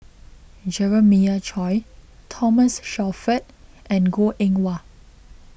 Jeremiah Choy Thomas Shelford and Goh Eng Wah